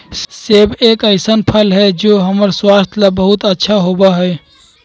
सेब एक ऐसन फल हई जो हम्मर स्वास्थ्य ला बहुत अच्छा होबा हई